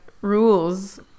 rules